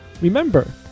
remember